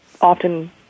often